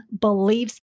beliefs